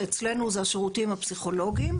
שאצלנו זה השירותים הפסיכולוגיים,